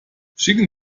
schicken